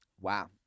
Wow